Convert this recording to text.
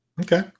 Okay